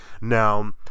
Now